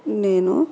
నేను